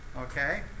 Okay